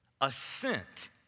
Assent